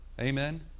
Amen